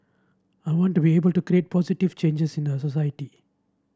I want to be able to create positive changes in a society